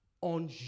on